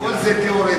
כל זה תיאורטי.